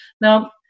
Now